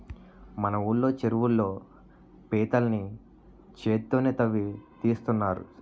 మన ఊళ్ళో చెరువుల్లో పీతల్ని చేత్తోనే తవ్వి తీస్తున్నారు